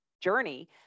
journey